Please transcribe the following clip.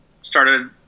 started